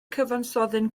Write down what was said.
cyfansoddyn